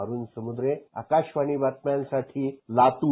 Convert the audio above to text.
अरूण समुद्रे आकाशवाणी बातम्यांसाठी लातूर